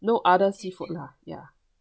no other seafood lah ya